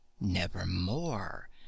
Nevermore